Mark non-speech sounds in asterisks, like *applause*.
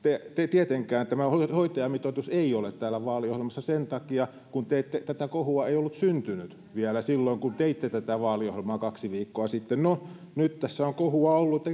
tietenkään tämä hoitajamitoitus ei ole täällä vaaliohjelmassa sen takia että tätä kohua ei ollut syntynyt vielä silloin kun teitte tätä vaaliohjelmaa kaksi viikkoa sitten no nyt tässä on kohua ollut *unintelligible*